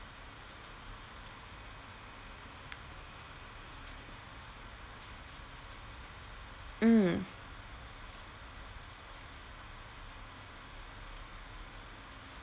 mm